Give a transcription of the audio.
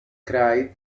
cried